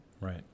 Right